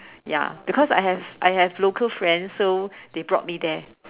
ya because I have I have local friends so they brought me there